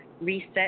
reset